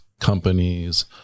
companies